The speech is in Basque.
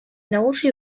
nagusi